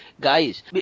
guys